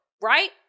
right